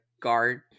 guard